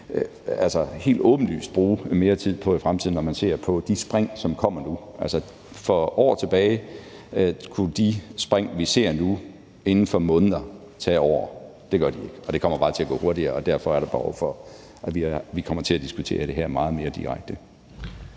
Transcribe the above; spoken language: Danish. altså helt åbenlyst skal bruge mere tid på i fremtiden, når man ser på de spring, som kommer nu. Altså, for år tilbage kunne de spring, vi nu ser inden for måneder, tage år. Det gør de ikke nu, og det kommer bare til at gå hurtigere, og derfor er der behov for, at vi kommer til at diskutere det her meget mere direkte.